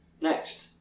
Next